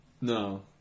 No